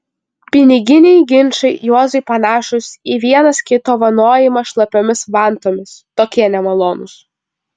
piniginiai ginčai juozui panašūs į vienas kito vanojimą šlapiomis vantomis tokie nemalonūs